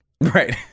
Right